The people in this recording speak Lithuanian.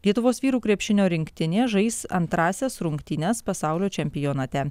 lietuvos vyrų krepšinio rinktinė žais antrąsias rungtynes pasaulio čempionate